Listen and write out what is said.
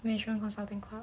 management consulting course